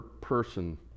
person